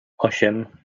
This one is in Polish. osiem